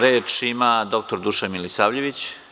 Reč ima dr Dušan Milisavljević.